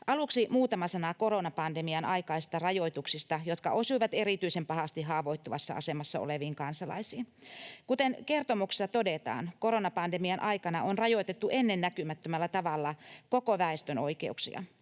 Aluksi muutama sana koronapandemian aikaisista rajoituksista, jotka osuivat erityisen pahasti haavoittuvassa asemassa oleviin kansalaisiin. Kuten kertomuksessa todetaan, koronapandemian aikana on rajoitettu ennennäkemättömällä tavalla koko väestön oikeuksia.